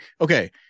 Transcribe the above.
Okay